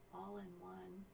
all-in-one